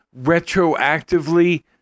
retroactively